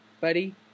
buddy